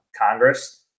Congress